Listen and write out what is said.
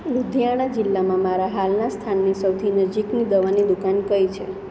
લુધિયાણા જિલ્લામાં મારા હાલનાં સ્થાનથી સૌથી નજીકની દવાની દુકાન કઈ છે